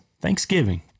Thanksgiving